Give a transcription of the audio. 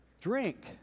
Drink